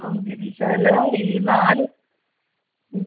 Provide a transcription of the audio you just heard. okay teacher അല്ലാ ഈ നാല്